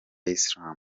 islam